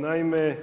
Naime,